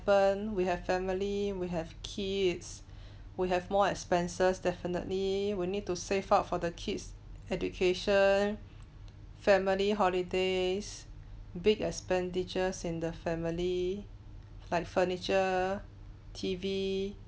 happen we have family we have kids will have more expenses definitely we need to save up for the kids' education family holidays big expenditures in the family like furniture T_V